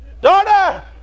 Daughter